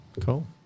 Cool